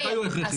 מתי הוא הכרחי.